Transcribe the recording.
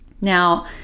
Now